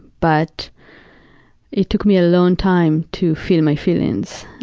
but it took me a long time to feel my feelings.